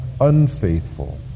unfaithful